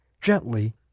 gently